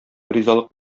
ризалык